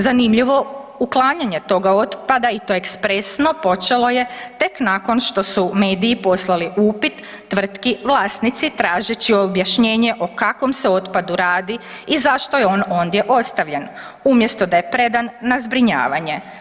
Zanimljivo, uklanjanje toga otpada i to ekspresno, počelo je tek nakon što su mediji poslali upit tvrtki vlasnici tražeći objašnjenje o kakvom se otpadu radi i zašto je on ondje ostavljen umjesto da je predan na zbrinjavanje.